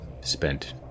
spent